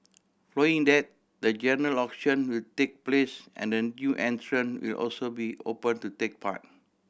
following that the general auction will take place and the new entrant will also be open to take part